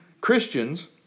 Christians